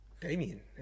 Damien